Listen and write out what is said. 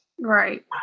right